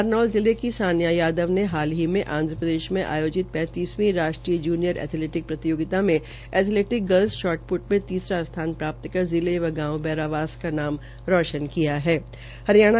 नारनौल जिले की सान्य यादव ने हाल ही में आंध्रप्रदेश में आयाजित पैतीसवीं राष्ट्रीय जूनियर एथेलेटिक प्रतियागिता मे एथेलेटिक गर्ल्स में तीसरा स्थान प्राप्त कर जिले व गांव बैरावास का नाम रौशन शॉटप्रपर किया है